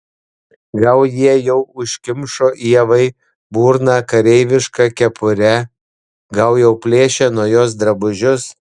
gal jie jau užkimšo ievai burną kareiviška kepure gal jau plėšia nuo jos drabužius